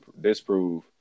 disprove